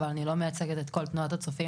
אבל אני לא מייצגת את כל תנועת הצופים,